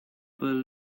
but